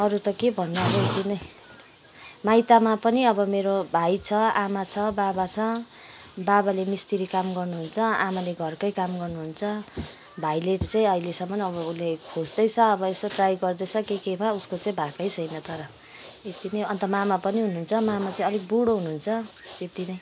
अरू त के भन्नु अब यति नै माइतमा पनि अब मेरो भाइ छ आमा छ बाबा छ बाबाले मिस्त्री काम गर्नुहुन्छ आमाले घरकै काम गर्नुहुन्छ भाइले ड्राइभरै अहिलेसम्म अब उसले खोज्दैछ अब यसो ट्राई गर्दैछ के केमा अब उसको चाहिँ भएकै छैन तर यति नै अन्त मामा पनि हुनुहुन्छ मामा चाहिँ अलिक बुढो हुनुहुन्छ त्यति नै